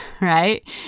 right